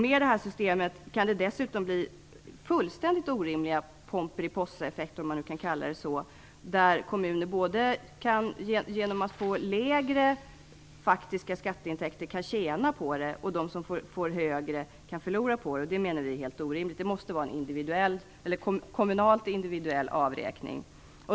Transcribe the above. Med det här systemet kan det dessutom bli fullständigt orimliga Pomperipossaeffekter, där kommuner som får lägre faktiska skatteintäkter kan tjäna på det och kommuner som får högre skatteintäkter kan förlora på det. Det är helt orimligt. Det måste vara en individuell kommunal avräkning.